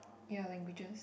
ya languages